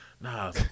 Nah